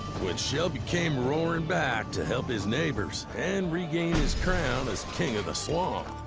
when shelby came roaring back to help his neighbors, and regain his crown as king of the swamp.